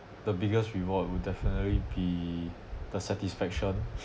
the biggest reward would definitely be the satisfaction